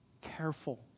careful